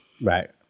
Right